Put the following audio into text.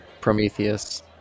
prometheus